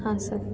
हा सर